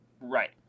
Right